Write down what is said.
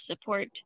support